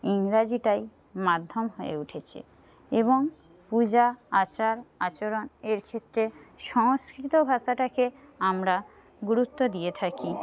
ইংরাজিটাই মাধ্যম হয়ে উঠেছে এবং পূজা আচার আচরণ এর ক্ষেত্রে সংস্কৃত ভাষাটাকে আমরা গুরুত্ব দিয়ে থাকি